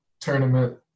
tournament